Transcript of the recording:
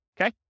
Okay